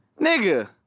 Nigga